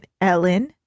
Ellen